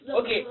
okay